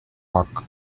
park